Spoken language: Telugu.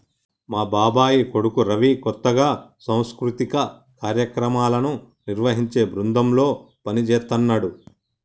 మా బాబాయ్ కొడుకు రవి కొత్తగా సాంస్కృతిక కార్యక్రమాలను నిర్వహించే బృందంలో పనిజేత్తన్నాడు